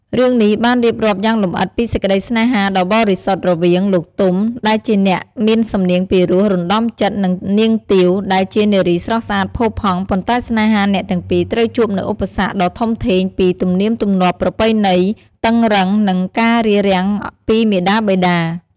រឿងនេះបានរៀបរាប់យ៉ាងលម្អិតពីសេចក្តីស្នេហាដ៏បរិសុទ្ធរវាង លោក ទុំ ដែលជាអ្នកមានសំនៀងពីរោះរណ្តំចិត្ត និង នាង ទាវ ដែលជានារីស្រស់ស្អាតផូរផង់ ប៉ុន្តែស្នេហាអ្នកទាំងពីរត្រូវជួបនូវឧបសគ្គដ៏ធំធេងពី ទំនៀមទម្លាប់ប្រពៃណីតឹងរ៉ឹង និងការរារាំងពីមាតាបិតា។។